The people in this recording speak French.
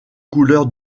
couleurs